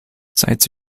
sites